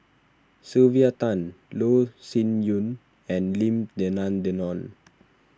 Sylvia Tan Loh Sin Yun and Lim Denan Denon